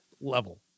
level